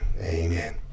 Amen